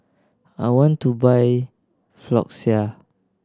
I want to buy Floxia